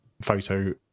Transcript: photo